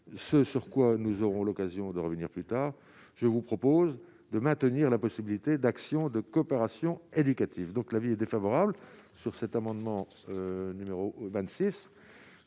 ce sur quoi nous aurons l'occasion de revenir plus tard, je vous propose de maintenir la possibilité d'actions de coopération éducative, donc l'avis est défavorable sur cet amendement numéro 26